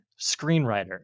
screenwriter